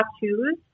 tattoos